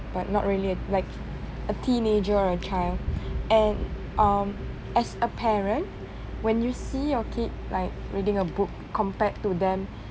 but not really like a teenager or a child and um as a parent when you see your kid like reading a book compared to them